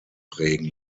prägen